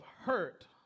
hurt